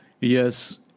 Yes